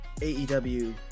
AEW